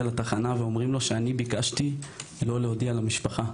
ואומרים לו שאני ביקשתי לא להודיע למשפחה.